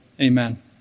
Amen